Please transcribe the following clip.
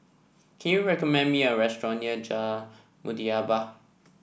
can you recommend me a restaurant near Muhibbah